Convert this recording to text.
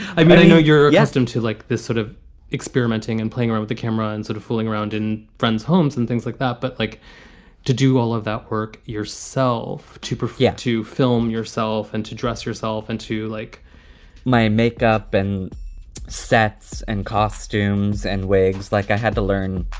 i but know you're asked him to like this sort of experimenting and playing right with the camera and sort of fooling around in friends homes and things like that. but like to do all of that, work yourself to perfect to film yourself and to dress yourself and to like my makeup and sets and costumes and wigs like i had to learn